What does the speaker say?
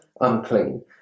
unclean